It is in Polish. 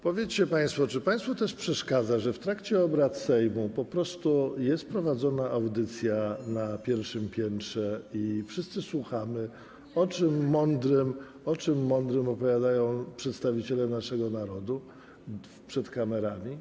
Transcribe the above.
Powiedzcie państwo, czy państwu też przeszkadza, że w trakcie obrad Sejmu jest po prostu prowadzona audycja na pierwszym piętrze i wszyscy słuchamy, o czym mądrym opowiadają przedstawiciele naszego narodu przed kamerami.